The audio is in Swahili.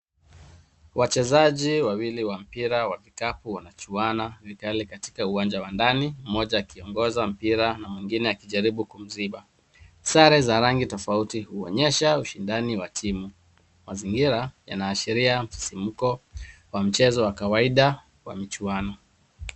...wawili wa mpira wa kikapu wanachuwana katika uwanja wa ndani mmoja akiongoza mpira na mwingine akijaribu kumziba. Sare za rangi tofauti huonyesha ushindani wa timu. Mazingira yanaashiria msisimko wa mchezo wa kawaida wa michuano.